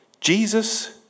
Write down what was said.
Jesus